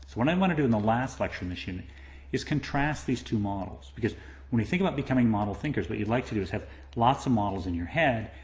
i wanna do in the last lecture mission is contrast these two models. because when we think about becoming model thinkers, what you'd like to do is have lots of models in your head,